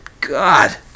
God